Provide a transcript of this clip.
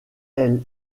elle